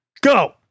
Go